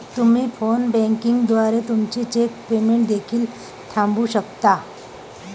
तुम्ही phone banking द्वारे तुमचे चेक पेमेंट देखील थांबवू शकता